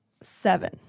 Seven